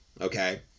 Okay